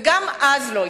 וגם אז לא הצלחנו.